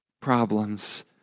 problems